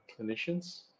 clinicians